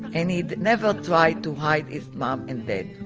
and he'd never try to hide his mom and dad.